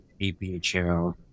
APHL